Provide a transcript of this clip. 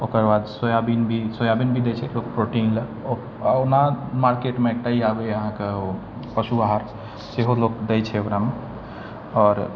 ओकर बाद सोयाबीन भी दै छै लोक प्रोटीनलए आओर ओना मार्केटमे एकटा ई आबैए ओ अहाँके पशुआहार सेहो लोक दै छै ओकरामे आओर